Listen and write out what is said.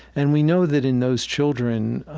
and we know that in those children,